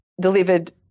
delivered –